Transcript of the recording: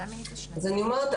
אז אני אומרת,